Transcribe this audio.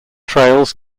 trails